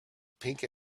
pink